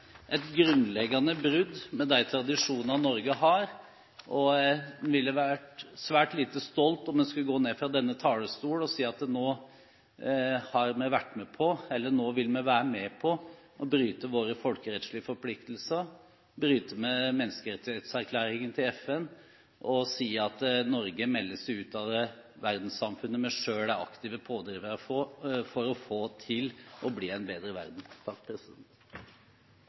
et grunnleggende brudd med de tradisjonene Norge har. En ville vært svært lite stolt om en skulle gått ned fra denne talerstol og sagt at nå vil vi være med på å bryte våre folkerettslige forpliktelser, bryte med menneskerettighetserklæringen til FN og at Norge melder seg ut av det verdenssamfunnet der vi selv er aktive pådrivere for å få til en bedre verden.